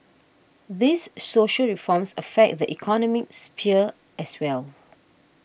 these social reforms affect the economic sphere as well